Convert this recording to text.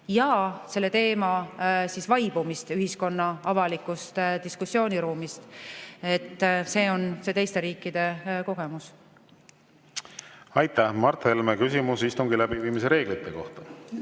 ja selle teema vaibumist avalikkuse diskussiooniruumis. See on teiste riikide kogemus. Aitäh! Mart Helme, küsimus istungi läbiviimise reeglite kohta.